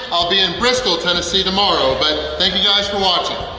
i'll be in bristol, tennessee tomorrow! but thank you guys for watching!